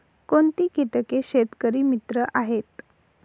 कोणती किटके शेतकरी मित्र आहेत?